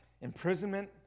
imprisonment